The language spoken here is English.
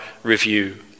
review